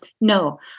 No